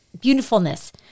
beautifulness